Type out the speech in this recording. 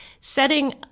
setting